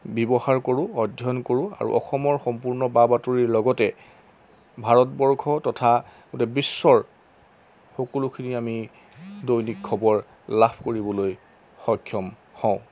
ব্যৱহাৰ কৰোঁ অধ্যয়ন কৰোঁ আৰু অসমৰ সম্পূৰ্ণ বা বাতৰিৰ লগতে ভাৰতবৰ্ষ তথা গোটেই বিশ্বৰ সকলোখিনি আমি দৈনিক খবৰ লাভ কৰিবলৈ সক্ষম হওঁ